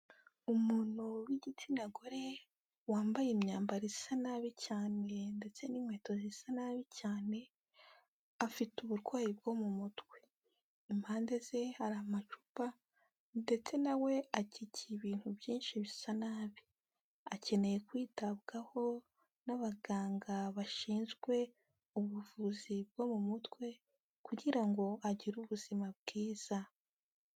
Umuntu w'igitsina gore wambaye imyambaro isa nabi cyane ndetse n'inkweto zisa nabi cyane, afite uburwayi bwo mu mutwe. Impande ye hari amacupa ndetse na we akikiye ibintu byinshi bisa nabi, akeneye kwitabwaho n'abaganga bashinzwe ubuvuzi bwo mu mutwe kugira ngo agire ubuzima bwiza.